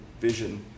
vision